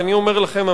ואני אומר לכם,